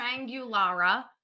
triangulara